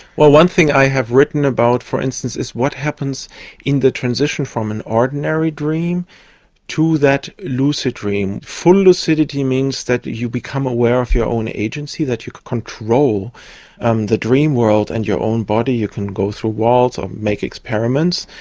one thing i have written about, for instance, is what happens in the transition from an ordinary dream to that lucid dream. full lucidity means that you become aware of your own agency, that you can control um the dream world and your own body, you can go through walls or make experiments,